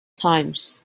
times